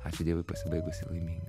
ačiū dievui pasibaigusi laimingai